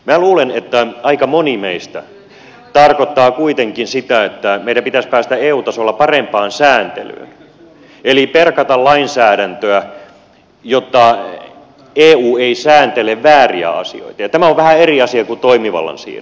minä luulen että aika moni meistä tarkoittaa kuitenkin sitä että meidän pitäisi päästä eu tasolla parempaan sääntelyyn eli perata lainsäädäntöä jotta eu ei sääntele vääriä asioita ja tämä on vähän eri asia kuin toimivallan siirto